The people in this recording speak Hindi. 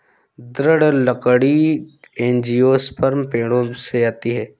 दृढ़ लकड़ी एंजियोस्पर्म पेड़ों से आती है